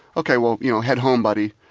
ok, well you know head home, buddy.